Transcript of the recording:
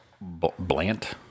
Blant